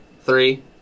Three